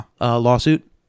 lawsuit